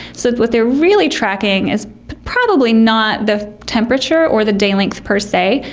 so what they're really tracking is probably not the temperature or the day length per se,